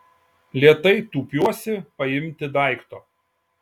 lėtai tūpiuosi paimti daikto